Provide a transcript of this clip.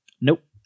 nope